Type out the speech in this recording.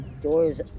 doors